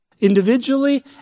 individually